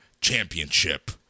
Championship